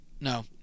no